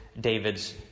David's